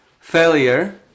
failure